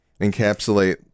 encapsulate